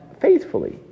faithfully